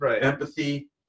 empathy